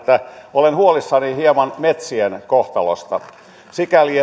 olen hieman huolissani metsien kohtalosta sikäli